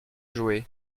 jouer